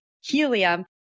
helium